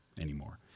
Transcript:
anymore